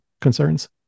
concerns